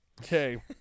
okay